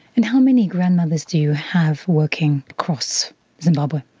and how many grandmothers do you have working across zimbabwe?